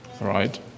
Right